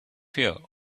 here